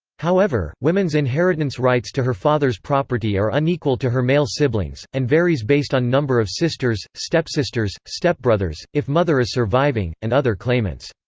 however, women's inheritance rights to her father's property are unequal to her male siblings, and varies based on number of sisters, stepsisters, stepbrothers, if mother is surviving, and other claimants.